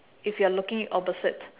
if you're looking opposite